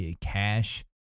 cash